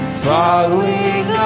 following